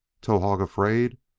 towahg afraid!